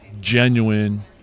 genuine